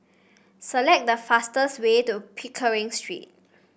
select the fastest way to Pickering Street